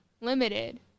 limited